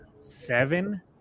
seven